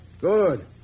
Good